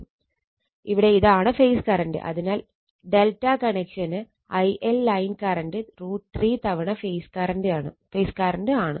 ഇവിടെ ഇതാണ് phase current അതിനാൽ ∆ കണക്ഷന് ILലൈൻ കറണ്ട് √ 3 തവണ ഫേസ് കറണ്ട് ആണ്